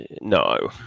No